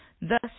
thus